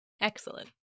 Excellent